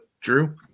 Drew